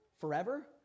forever